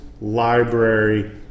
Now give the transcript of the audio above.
library